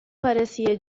parecia